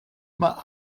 mae